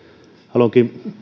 haluankin